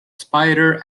spider